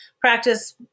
practice